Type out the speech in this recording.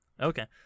Okay